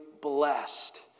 blessed